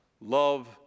love